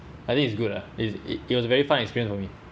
I think it's good lah is it it was a very fun experience for me